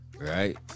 right